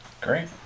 Great